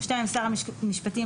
שר המשפטים,